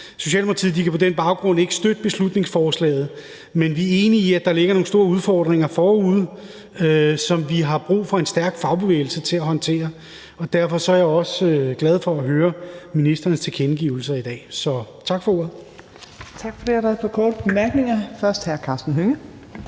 Socialdemokratiet kan på den baggrund ikke støtte beslutningsforslaget, men vi er enige i, at der ligger nogle store udfordringer forude, som vi har brug for en stærk fagbevægelse til at håndtere, og derfor er jeg også glad for at høre ministerens tilkendegivelser i dag. Tak for ordet. Kl. 16:33 Fjerde næstformand (Trine Torp): Tak for det.